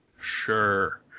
sure